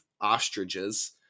ostriches